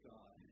God